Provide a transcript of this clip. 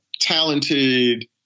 talented –